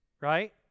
right